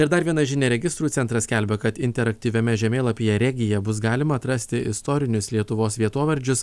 ir dar viena žinia registrų centras skelbia kad interaktyviame žemėlapyje regija bus galima atrasti istorinius lietuvos vietovardžius